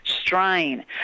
strain